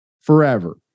Forever